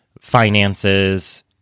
finances